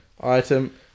item